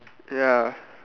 ya